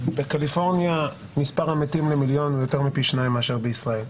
בקליפורניה מספר המתים למיליון הוא יותר מפי שניים מאשר בישראל.